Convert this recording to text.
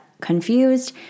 confused